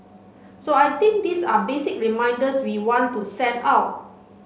so I think these are basic reminders we want to send out